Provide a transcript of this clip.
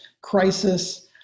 crisis